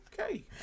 okay